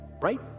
Right